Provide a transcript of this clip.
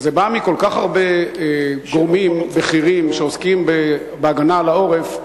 כשזה בא מכל כך הרבה גורמים בכירים שעוסקים בהגנה על העורף,